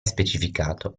specificato